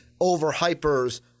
overhypers